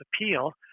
appeal